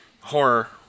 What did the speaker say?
horror